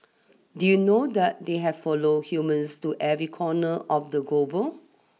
did you know that they have follow humans to every corner of the global